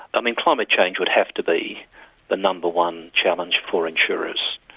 i mean climate change would have to be the number one challenge for insurers.